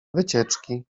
wycieczki